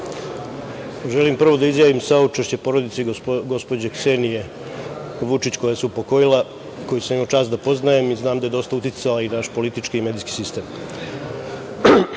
Želim prvo da izjavim saučešće porodici gospođe Ksenije Vučić koja se upokojila, koju sam imao čast da poznajem i znam da je dosta uticala i na naš politički i medijski sistem.U